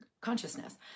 consciousness